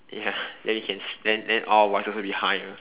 ya then you can then all whatever behind ah